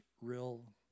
real